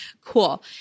cool